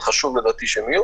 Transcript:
אבל חשוב שיהיו,